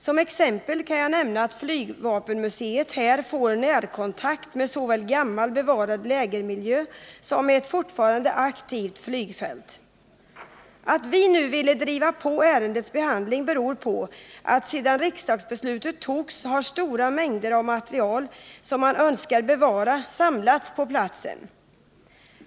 Som exempel kan jag nämna att flygvapenmuseet där får närkontakt med såväl gammal bevarad lägermiljö som ett fortfarande aktivt flygfält. Att vi vill driva på ärendets behandling beror på att sedan riksdagsbeslutet togs har stora mängder av material som man önskar bevara samlats på platsen.